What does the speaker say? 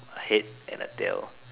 head and a tail